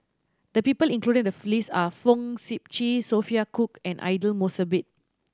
the people included in the list are Fong Sip Chee Sophia Cooke and Aidli Mosbit